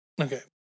Okay